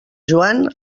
joan